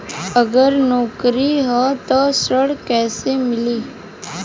अगर नौकरी ह त ऋण कैसे मिली?